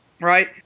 right